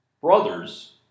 Brothers